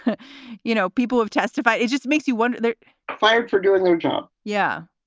and you know, people have testify. it just makes you wonder they're fired for doing their job. yeah.